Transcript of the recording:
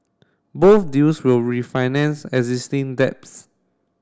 both deals will refinance existing debts